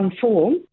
form